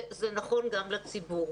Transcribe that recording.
זה נכון גם לציבור.